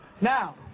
Now